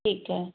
ਠੀਕ ਹੈ